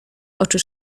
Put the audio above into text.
oczy